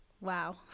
Wow